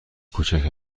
کوچک